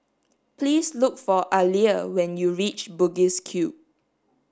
please look for Aleah when you reach Bugis Cube